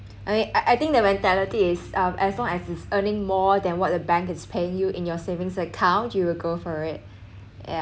I mean I think that mentality is as long as you are earning more than what the bank is paying you in your savings account you will go for it yeah